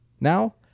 Now